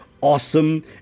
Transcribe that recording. awesome